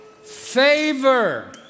favor